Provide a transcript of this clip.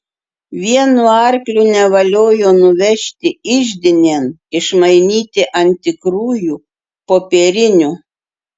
vienu arkliu nevaliojo nuvežti iždinėn išmainyti ant tikrųjų popierinių